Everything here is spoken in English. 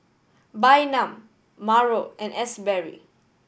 Bynum Marco and Asberry